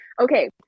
Okay